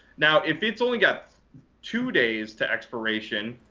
now, if it's only got two days to expiration,